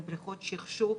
בבריכות שכשוך,